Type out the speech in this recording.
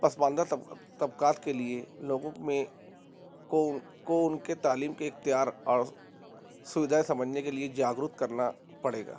پسماندہ طب طبقات کے لیے لوگوں میں کو کو ان کے تعلیم کے اختیار اور سلجھاؤ سمجھنے کے لیے جاگروک کرنا پڑے گا